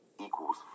equals